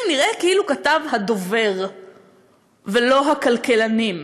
נראה כאילו כתב אותו הדובר ולא הכלכלנים.